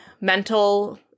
mental